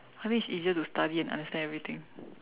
I think it's easier to study and understand everything